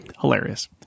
hilarious